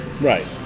Right